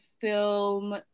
film